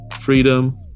freedom